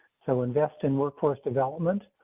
so invest in workforce development,